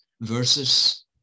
versus